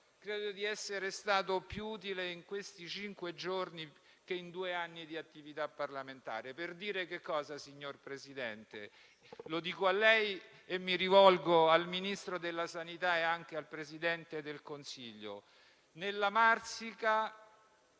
credo di essere stato più utile in questi cinque giorni che in due anni di attività parlamentare. Cosa voglio dire, signor Presidente? Lo dico a lei, ma mi rivolgo al Ministro della salute e anche al Presidente del Consiglio. Nella Marsica